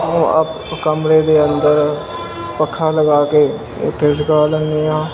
ਤੋਂ ਅਪ ਕਮਰੇ ਦੇ ਅੰਦਰ ਪੱਖਾ ਲਗਾ ਕੇ ਉੱਥੇ ਸਕਾ ਲੈਂਦੇ ਹਾਂ